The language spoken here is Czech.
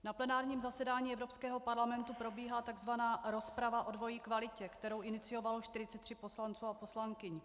Na plenárním zasedání Evropského parlamentu probíhala takzvaná rozprava o dvojí kvalitě, kterou iniciovalo 43 poslanců a poslankyň.